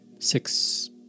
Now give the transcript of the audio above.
Six